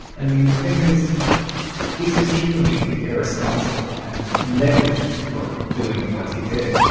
i mean, the thing is he's extremely irresponsible and negligent for doing what he did.